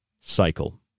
cycle